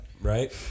right